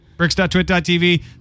Bricks.twit.tv